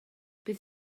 bydd